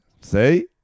See